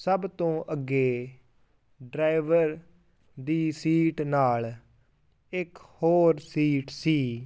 ਸਭ ਤੋਂ ਅੱਗੇ ਡਰਾਈਵਰ ਦੀ ਸੀਟ ਨਾਲ ਇੱਕ ਹੋਰ ਸੀਟ ਸੀ